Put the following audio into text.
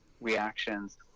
reactions